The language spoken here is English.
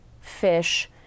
fish